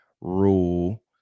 rule